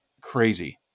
Crazy